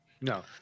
No